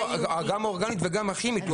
גם אורגנית וגם כימית,